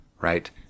right